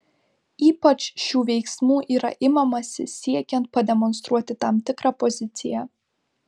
ypač šių veiksmų yra imamasi siekiant pademonstruoti tam tikrą poziciją